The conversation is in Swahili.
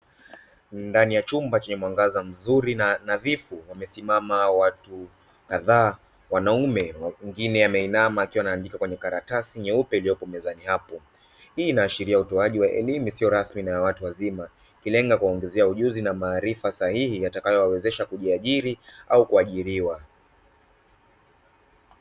Ndani ya chumba chenye mwangaza mzuri na nadhifu wamesimama watu kadhaa wanaume, mwingine ameinama akiwa anaandika kwenye karatasi nyeupe iliyoko mezani hapo. Hii inaashiria utoaji wa elimu isiyo rasmi na ya watu wazima, ikilenga kuwaongezea ujuzi na maarifa sahihi yatakayowawezesha kujiari na kuajiriwa.